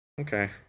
Okay